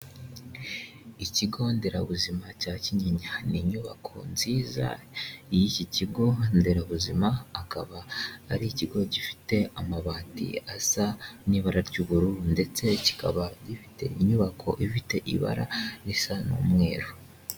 Ikigo nderabuzima cya Kinyinya. Ni inyubako nziza y'iki kigo nderabuzima, akaba ari ikigo gifite amabati asa n'ibara ry'ubururu ndetse kikaba gifite inyubako ifite ibara risa n'umweru.